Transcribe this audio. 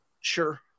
Sure